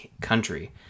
country